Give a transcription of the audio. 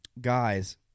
Guys